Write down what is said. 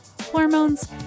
hormones